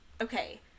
okay